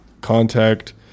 contact